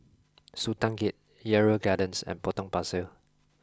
Sultan Gate Yarrow Gardens and Potong Pasir